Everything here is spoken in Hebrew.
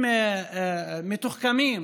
מתוחכמים,